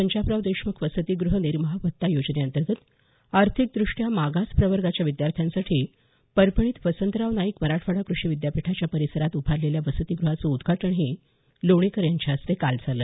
पंजाबराव देशमुख वसतीगृह निर्वाह भत्ता योजनेअंतर्गत आर्थिकदृष्ट्या मागास प्रवर्गाच्या विद्यार्थ्यांसाठी परभणीत वसंतराव नाईक मराठवाडा क्रषी विद्यापीठाच्या परिसरात उभारलेल्या वसतीग्रहाचं उद्घाटनही लोणीकर यांच्या हस्ते काल झालं